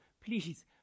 please